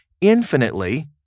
infinitely